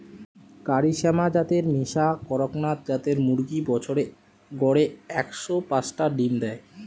কারি শ্যামা জাতের মিশা কড়কনাথ জাতের মুরগি বছরে গড়ে একশ পাচটা ডিম দেয়